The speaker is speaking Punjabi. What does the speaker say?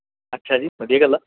ਅੱਛਾ ਜੀ ਵਧੀਆ ਗੱਲ ਆ